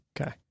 Okay